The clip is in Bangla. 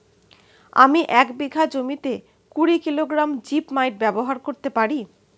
আমি এক বিঘা জমিতে কুড়ি কিলোগ্রাম জিপমাইট ব্যবহার করতে পারি?